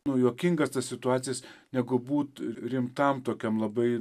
nu juokingas tas situacijas negu būt rimtam tokiam labai